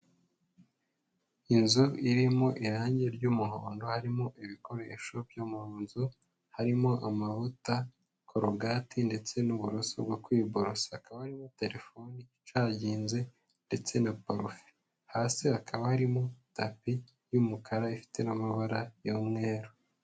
Inzu irimo irangi ry'umuhondo harimo ibikoresho byo mu nzu, harimo amavuta korogati ndetse n'uburoso bwo kwiborasa, hakaba harimo telefoni icaginze ndetse na parufe hasi hakaba harimo tapi y'umukara ifite n'amabara y'umweru.